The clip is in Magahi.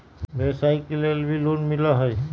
व्यवसाय के लेल भी लोन मिलहई?